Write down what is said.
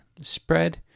spread